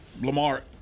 Lamar